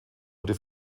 wurde